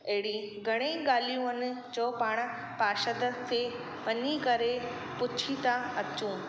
एड़ी घणेई ॻाल्हियूं आहिनि जो पाण पा्शरद ते वञी करे पुछी था अचूं